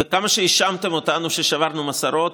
וכמה שהאשמתם אותנו ששברנו מסורות,